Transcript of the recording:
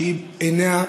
שעיניה,